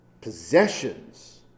possessions